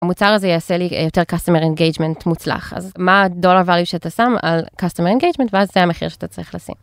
המוצר הזה יעשה לי יותר Customer Engagement מוצלח אז מה הדולר value שאתה שם על Customer Engagement ואז זה המחיר שאתה צריך לשים.